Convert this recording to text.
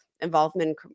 involvement